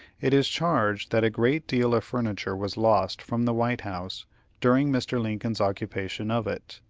it is charged that a great deal of furniture was lost from the white house during mr. lincoln's occupation of it.